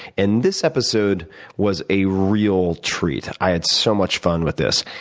and this episode was a real treat. i had so much fun with this.